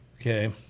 Okay